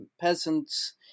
peasants